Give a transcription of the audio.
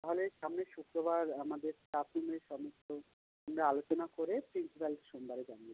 তাহলে সামনের শুক্রবার আমাদের স্টাফরুমে সমস্তই আমরা আলোচনা করে প্রিন্সিপালকে সোমবারে জানিয়ে দেবো